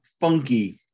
funky